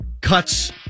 Cuts